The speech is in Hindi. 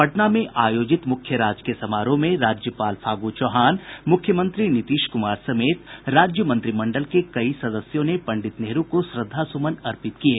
पटना में आयोजित मुख्य राजकीय समारोह में राज्यपाल फागु चौहान मुख्यमंत्री नीतीश कुमार समेत राज्य मंत्रिमंडल के कई सदस्यों ने पंडित नेहरू को श्रद्धा सुमन अर्पित किये